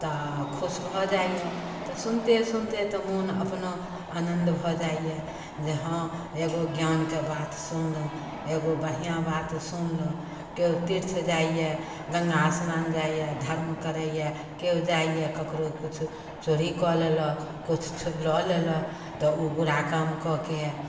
तऽ खुश भऽ जाइए तऽ सुनिते सुनिते तऽ मोन अपनो आनन्द भऽ जाइए जे हँ एगो ज्ञानके बात सुनलहुँ एगो बढ़िआँ बात सुनलहुँ केओ तीर्थ जाइए गङ्गा स्नान जाइए धर्म करैए केओ जाइए ककरो किछु चोरी कऽ लेलक किछु लऽ लेलक तऽ ओ बुरा काम कऽ कऽ